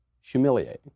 Humiliating